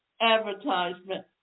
advertisement